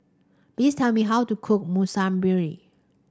please tell me how to cook Monsunabe